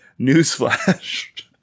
Newsflash